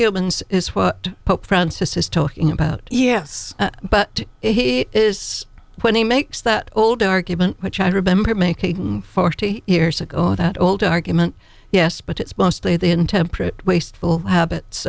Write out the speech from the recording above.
francis is talking about yes but he is when he makes that old argument which i remember making forty years ago that old argument yes but it's mostly the intemperate wasteful habits